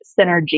synergy